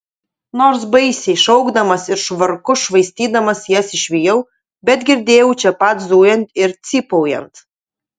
nors baisiai šaukdamas ir švarku švaistydamas jas išvijau bet girdėjau čia pat zujant ir cypaujant